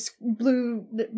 blue